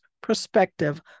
perspective